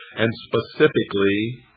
and specifically